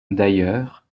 d’ailleurs